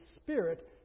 spirit